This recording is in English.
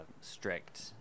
strict